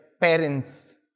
parents